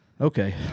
Okay